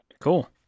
Cool